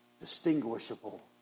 distinguishable